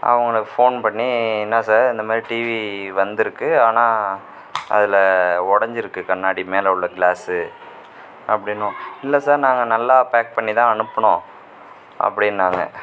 அவங்களுக்கு ஃபோன் பண்ணி என்ன சார் இந்தமாதிரி டிவி வந்துருக்குது ஆனால் அதில் உடஞ்சிருக்கு கண்ணாடி மேல் உள்ளே கிளாஸு அப்படினோம் இல்லை சார் நாங்கள் நல்லா பேக் பண்ணி தான் அனுப்பினோம் அப்படினாங்க